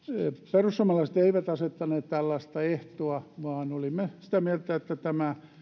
perussuomalaiset eivät asettaneet tällaista ehtoa vaan olimme sitä mieltä että tämä